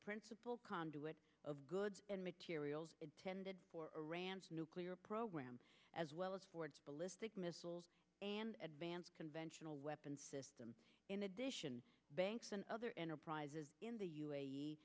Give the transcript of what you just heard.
principal conduit of goods and materials intended for nuclear programs as well as ford's ballistic missiles and advanced conventional weapons systems in addition banks and other enterprises in the u